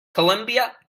colombia